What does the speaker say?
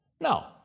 No